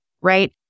right